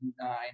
nine